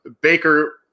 Baker